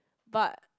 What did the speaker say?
but